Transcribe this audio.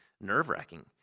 nerve-wracking